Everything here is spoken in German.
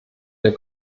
der